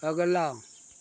अगला